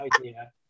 idea